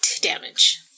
damage